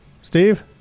Steve